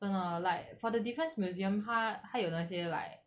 真的 like for the defence museum 他他有那些 like